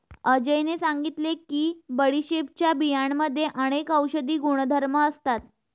अजयने सांगितले की बडीशेपच्या बियांमध्ये अनेक औषधी गुणधर्म असतात